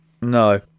No